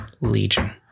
Legion